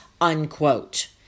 unquote